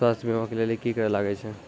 स्वास्थ्य बीमा के लेली की करे लागे छै?